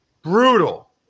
Brutal